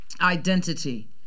identity